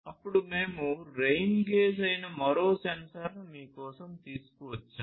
అప్పుడు మేము rain gauge అయిన మరో సెన్సార్ను మీ కోసం తీసుకువచ్చాను